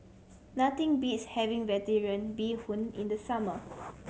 nothing beats having Vegetarian Bee Hoon in the summer